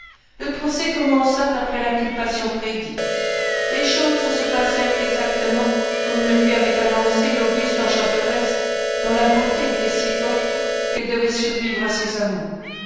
le procès commença d'après l'inculpation prédite les choses se passèrent exactement comme le lui avait annoncé l'auguste enchanteresse dont la beauté était si forte qu'elle devait survivre à ses amours